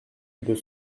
deux